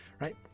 right